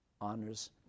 honors